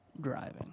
driving